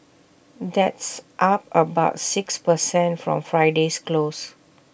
that's up about six per cent from Friday's close